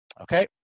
Okay